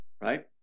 right